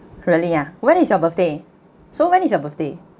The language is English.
really ah when is your birthday so when is your birthday